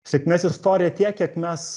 sėkmės istorija tiek kiek mes